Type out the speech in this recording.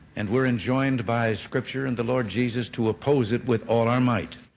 and we're enjoined by scripture and the lord jesus to oppose it with all our might.